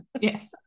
Yes